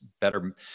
better